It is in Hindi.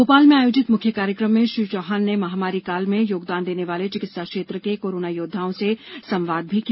भोपाल में आयोजित मुख्य कार्यक्रम में श्री चौहान ने महामारी काल में योगदान देने वाले चिकित्सा क्षेत्र के कोरोना योद्वाओं से संवाद भी किया